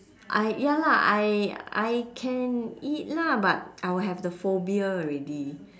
I ya lah I I can eat lah but I will have the phobia already